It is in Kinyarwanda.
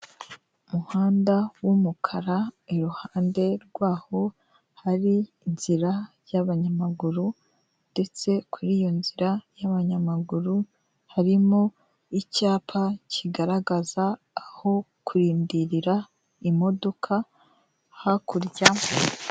Umuhanda w'umukara iruhande rwaho hari inzira y'abanyamaguru, ndetse kuri iyo nzira y'abanyamaguru harimo icyapa kigaragaza aho kurindirira imodoka hakurya.